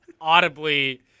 audibly